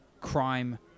crime